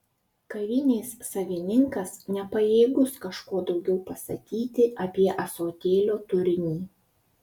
kavinės savininkas nepajėgus kažko daugiau pasakyti apie ąsotėlio turinį